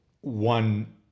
one